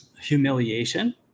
humiliation